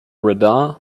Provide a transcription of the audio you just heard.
radar